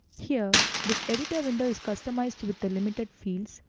here, this editor window is customized with the limited fields,